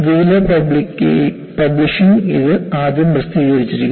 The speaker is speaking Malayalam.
വീലർ പബ്ലിഷിംഗ് ഇത് ആദ്യം പ്രസിദ്ധീകരിച്ചിരുന്നു